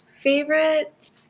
favorite